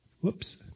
Whoops